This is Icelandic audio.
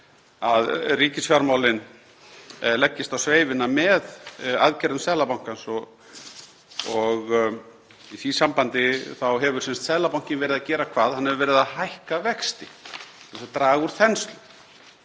að ríkisfjármálin leggist á sveif með aðgerðum Seðlabankans. Í því sambandi hefur Seðlabankinn verið að gera hvað? Hann hefur verið að hækka vexti til að draga úr þenslu.